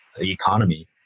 economy